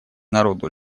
народу